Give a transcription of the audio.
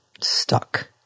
stuck